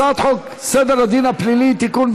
הצעת חוק סדר הדין הפלילי (תיקון,